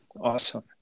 awesome